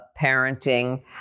parenting